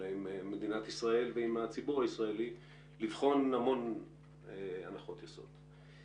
אלא עם מדינת ישראל ועם הציבור הישראלי לבחון המון הנחות יסוד.